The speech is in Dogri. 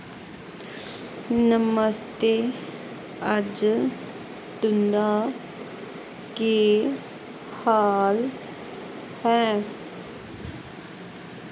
नमस्ते अज्ज तुंदा केह् हाल ऐ